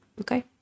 okay